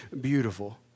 beautiful